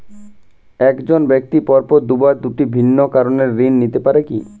এক জন ব্যক্তি পরপর দুবার দুটি ভিন্ন কারণে ঋণ নিতে পারে কী?